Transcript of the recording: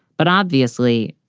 but obviously,